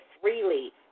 freely